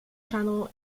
channel